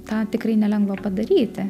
tą tikrai nelengva padaryti